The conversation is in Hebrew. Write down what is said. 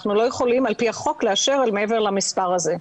אנחנו לא יכולים על פי החוק לאשר מעבר למספר הזה.